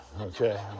okay